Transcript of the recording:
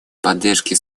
поддержки